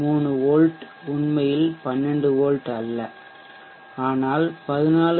3 volt உண்மையில் 12 volt அல்ல ஆனால் 14